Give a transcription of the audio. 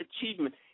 Achievement